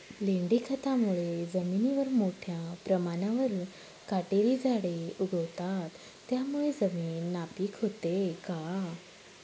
लेंडी खतामुळे जमिनीवर मोठ्या प्रमाणावर काटेरी झाडे उगवतात, त्यामुळे जमीन नापीक होते का?